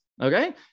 Okay